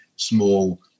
small